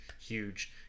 huge